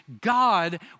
God